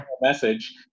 message